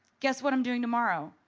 guess what i'm doing tomorrow?